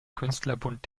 künstlerbund